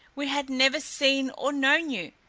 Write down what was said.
we had never seen or known you!